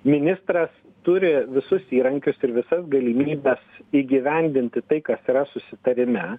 ministras turi visus įrankius ir visas galimybes įgyvendinti tai kas yra susitarime